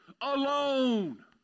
alone